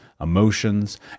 emotions